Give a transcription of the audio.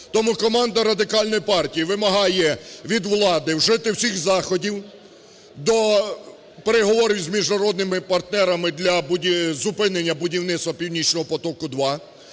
Тому команда Радикальної партії вимагає від влади вжити всіх заходів до переговорів з міжнародними партнерами для зупинення будівництва "Північного потоку 2".